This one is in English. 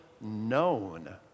known